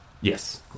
Yes